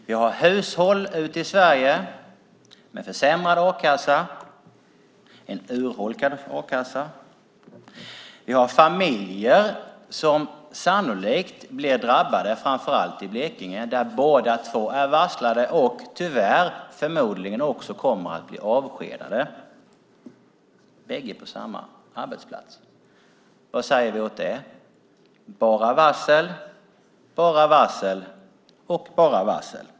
Det finns hushåll i Sverige med försämrad a-kassa - en urholkad a-kassa - och familjer, framför allt i Blekinge, som sannolikt blir drabbade, där båda två har varslats och förmodligen kommer att bli avskedade, båda från samma arbetsplats. Vad säger vi då? Det är bara varsel, varsel och varsel.